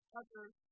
others